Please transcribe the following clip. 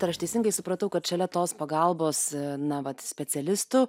tai ar aš teisingai supratau kad šalia tos pagalbos na vat specialistų